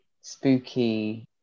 spooky